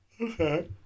Okay